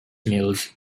mills